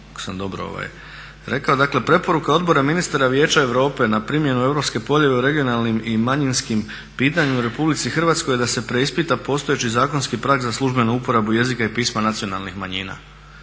rekao, dakle preporuka Odbora ministara Vijeća Europe na primjenu Europske povelje o regionalnim i manjinskim pitanjem u RH je da se preispita postojeći zakonski prag za službenu uporabu jezika i pisma nacionalnih manjina.